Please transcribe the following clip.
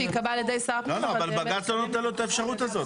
שייקבע על ידי שר הפנים --- אבל בג"ץ לא נותן לו את האפשרות הזאת.